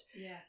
yes